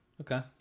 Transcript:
Okay